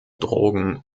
drogen